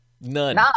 None